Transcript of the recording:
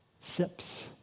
Sips